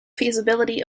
feasibility